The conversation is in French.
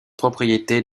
propriété